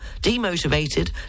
demotivated